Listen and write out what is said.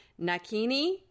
Nakini